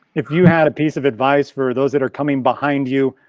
if you had a piece of advice for those that are coming behind you,